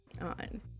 on